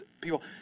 people